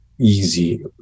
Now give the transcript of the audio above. easy